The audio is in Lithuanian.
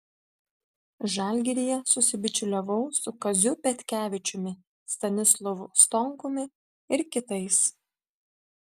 žalgiryje susibičiuliavau su kaziu petkevičiumi stanislovu stonkumi ir kitais